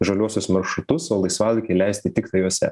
žaliuosius maršrutus o laisvalaikį leisti tiktai juose